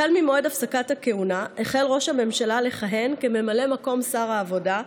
החל ממועד הפסקת הכהונה החל ראש הממשלה לכהן כממלא מקום שר העבודה,